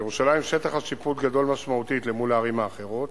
בירושלים שטח השיפוט גדול משמעותית למול הערים האחרות,